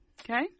Okay